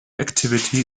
activity